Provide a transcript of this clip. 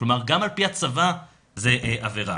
גם על פי הצבא זה עבירה,